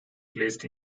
placed